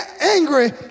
angry